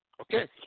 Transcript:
Okay